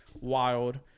Wild